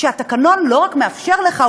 שהתקנון לא רק מאפשר לך,